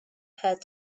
her